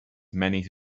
many